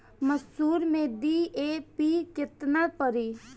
मसूर में डी.ए.पी केतना पड़ी?